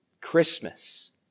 Christmas